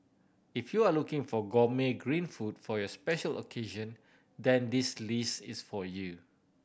if you are looking for gourmet green food for your special occasion then this list is for you